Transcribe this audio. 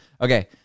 okay